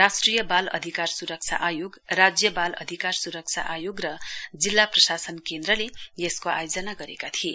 राष्ट्रिय बाल अधिकारी सुरक्षा आयोग राज्य बाल अधिकार सुरक्षा आयोग र जिल्ला प्रशासन केन्द्रले यसको आयोजना गरेका थिए